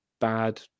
bad